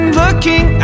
looking